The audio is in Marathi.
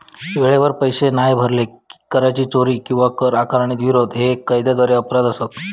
वेळेवर पैशे नाय भरले, कराची चोरी किंवा कर आकारणीक विरोध हे कायद्याद्वारे अपराध असत